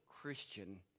Christian